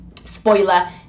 spoiler